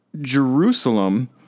Jerusalem